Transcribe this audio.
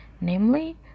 namely